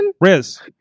Riz